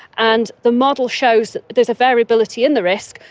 and the model shows there is a variability in the risk,